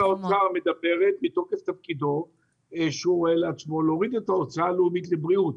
האוצר מדברת מתוקף תפקידו שהוא להוריד את ההוצאה הלאומית לבריאות.